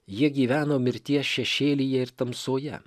jie gyveno mirties šešėlyje ir tamsoje